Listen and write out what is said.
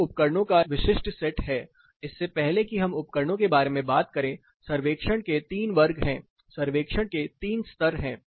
यह उपकरणों का विशिष्ट सेट है इससे पहले कि हम उपकरणों के बारे में बात करें सर्वेक्षण के 3 वर्ग हैं सर्वेक्षण के तीन स्तर हैं